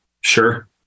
sure